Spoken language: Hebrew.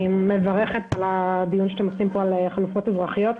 אני מברכת על הדיון שאתם עושים פה על חלופות אזרחיות.